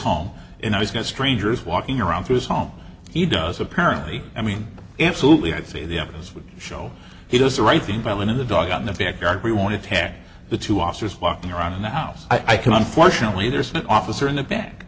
home and i was going to strangers walking around through his home he does apparently i mean absolutely i see the evidence would show he does the right thing by going in the dog on the backyard we want to tag the two officers walking around in the house i cannot fortunately there's an officer in the back